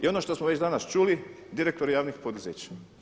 I ono što smo već danas čuli, direktori javnih poduzeća.